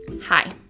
Hi